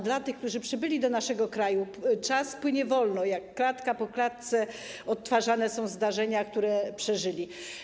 Dla tych, którzy przybyli do naszego kraju, czas płynie wolno, klatka po klatce odtwarzane są zdarzenia, to, co przeżyli.